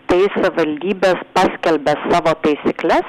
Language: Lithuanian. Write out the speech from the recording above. tai savivaldybės paskelbia savo taisykles